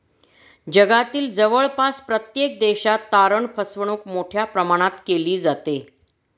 जगातील जवळपास प्रत्येक देशात तारण फसवणूक मोठ्या प्रमाणात केली जाते